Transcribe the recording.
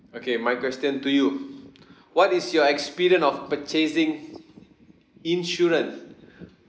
okay my question to you what is your experience of purchasing insurance